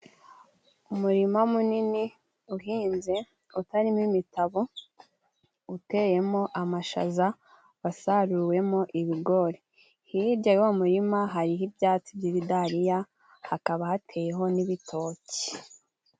Umurima munini uhinze utarimo imitabo, uteyemo amashaza wasaruwemo ibigori. Hijya y'uwo murima hariho ibyatsi by'ibidariya, hakaba hateyeho n'ibitoki.